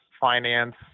finance